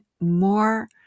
more